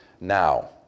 now